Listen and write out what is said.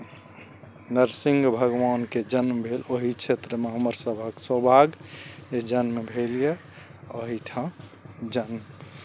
नरसिंह भगवानके जन्म भेल ओही क्षेत्रमे हमर सभक सौभाग्य जे जन्म भेल यए एही ठाम जन्म